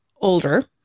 older